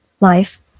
life